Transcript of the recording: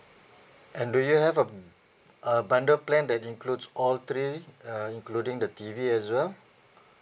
and do you have a a bundle plan that includes all three uh including the T_V as well